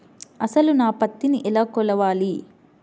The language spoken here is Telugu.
అసలు నా పత్తిని ఎలా కొలవాలి?